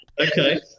Okay